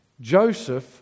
Joseph